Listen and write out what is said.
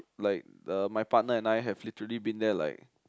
like uh my partner and I have literally being there like